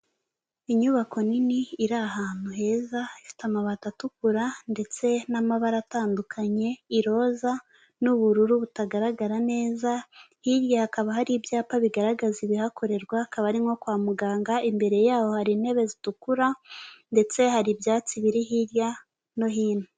Inyubako nini iri ahantu heza ifite amabati atukura ndetse n'amabara atandukanye iroza n'ubururu butagaragara neza hirya hakaba hari ibyapa bigaragaza ibihakorerwa hakaba ari nko kwa muganga imbere yaho hari intebe z'itukura ndetse hari ibyatsi biri hirya no hino.